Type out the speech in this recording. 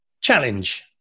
challenge